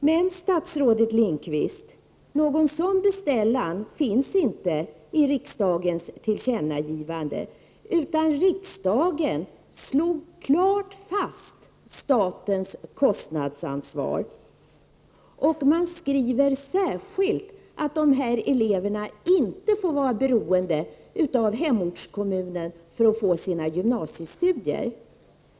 Men någon sådan beställning finns inte i riksdagens tillkännagivande, statsrådet Lindqvist. Riksdagen slog klart fast statens kostnadsansvar och skrev särskilt att dessa elever inte får vara beroende av hemortskommunen för att få sina gymnasiestudier.